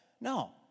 No